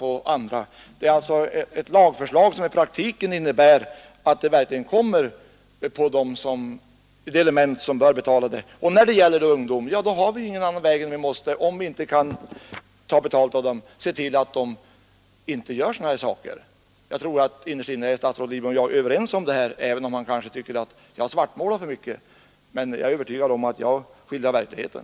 Jag efterlyser alltså ett lagförslag som innebär att de element som är skyldiga till förstörelsen också får betala. Om vi inte kan utkräva betalning av dessa måste vi se till att de inte heller vandaliserar. Statsrådet Lidbom och jag är säkerligen överens om detta, även om han kanske tycker att jag svartmålar för mycket. Jag är dock övertygad om att jag skildrar verkligheten.